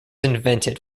invented